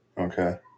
Okay